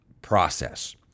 process